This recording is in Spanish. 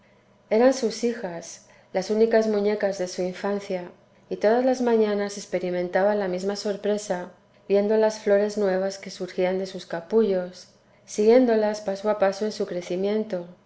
eran sus hijas las únicas muñecas de su infancia y todas las mañanas experimentaba la misma sorpresa viendo las flores nuevas que surgían de sus capullos siguiéndolas paso a paso en su crecimiento